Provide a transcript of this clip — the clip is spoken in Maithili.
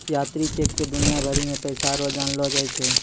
यात्री चेक क दुनिया भरी मे पैसा रो जानलो जाय छै